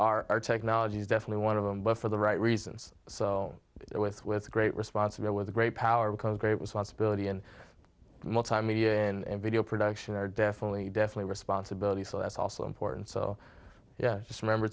and our technology is definitely one of them but for the right reasons so with with great responsible with great power comes great responsibility and multimedia in video production are definitely definitely responsibility so that's also important so yeah just remember